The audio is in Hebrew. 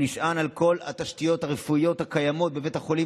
הוא נשען על כל התשתיות הרפואיות הקיימות בבית החולים,